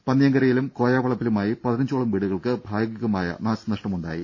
പന്നിയങ്കരയിലും കോയവളപ്പിലുമായി പതിനഞ്ചോളം വീടുകൾക്ക് ഭാഗികമായി നാശനഷ്ടമുണ്ടായി